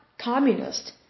communist